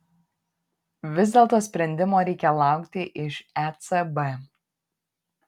vis dėlto sprendimo reikia laukti iš ecb